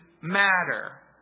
matter